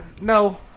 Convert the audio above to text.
No